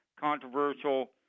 controversial